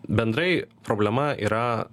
bendrai problema yra